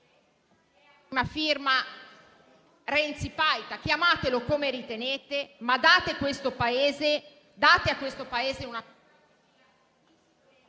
a firma Renzi-Paita; chiamatela come ritenete, ma date a questo Paese una